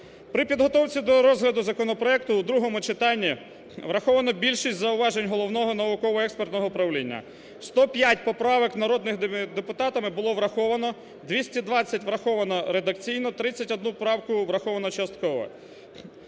При підготовці до розгляду законопроекту у другому читанні враховано більшість зауважень Головного науково-експертного управління, 105 поправок народними депутатами було враховано, 220 – враховано редакційно, 31 правку враховано частково.